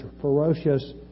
ferocious